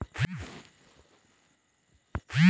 Interest coverage ratio निकालने का formula क्या है?